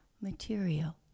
material